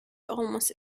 almost